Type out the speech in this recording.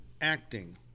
acting